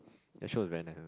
that show is very nice also